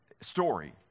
story